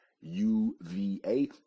U-V-A